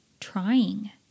trying